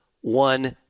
one